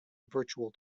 virtual